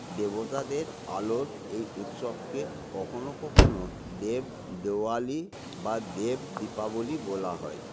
দেবতাদের আলোর এই উৎসবকে কখনও কখনও দেব দিওয়ালি বা দেব দীপাবলি বলা হয়